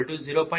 005 j0